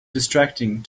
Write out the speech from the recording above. distracting